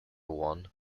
one